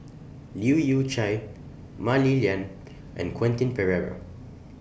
Leu Yew Chye Mah Li Lian and Quentin Pereira